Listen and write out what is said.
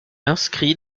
inscrit